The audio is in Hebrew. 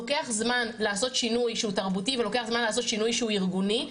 לוקח זמן לעשות שינוי שהוא תרבותי ולוקח זמן לעשות שינוי שהוא ארגוני,